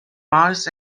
mars